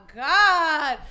god